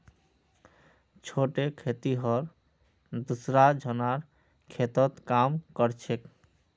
छोटे खेतिहर दूसरा झनार खेतत काम कर छेक